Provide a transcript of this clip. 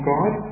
God